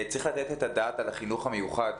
צריך לתת את הדעת על החינוך המיוחד,